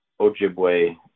Ojibwe